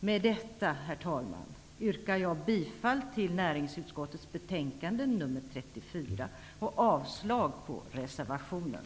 Med detta, herr talman, yrkar jag bifall till näringsutskottets hemställan i betänkande 34 och avslag på reservationen.